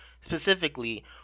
specifically